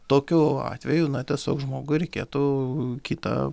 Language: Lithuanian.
tokiu atveju na tiesiog žmogui reikėtų kitą